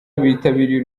bitabiriye